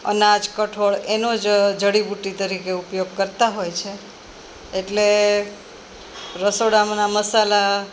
અનાજ કઠોળ એનોજ જડીબુટ્ટી તરીકે ઉપયોગ કરતાં હોય છે એટલે રસોડાના મસાલા